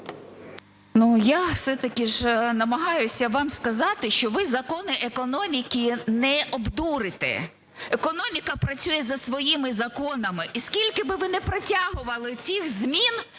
я все-таки ж намагаюся вам сказати, що ви закони економіки не обдурите, економіка працює за своїми законами. І скільки би ви не протягували цих змін,